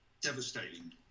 devastating